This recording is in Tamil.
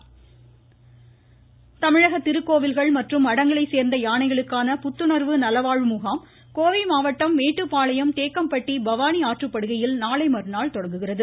யானை முகாம் தமிழக திருக்கோவில்கள் மற்றும் மடங்களை சேர்ந்த யானைகளுக்கான புத்துணர்வு நலவாழ்வு முகாம் கோவை மாவட்டம் மேட்டுப்பாளையம் தேக்கம்பட்டி பவானி ஆற்றுப்படுகையில் நாளை மறுநாள் தொடங்குகிறது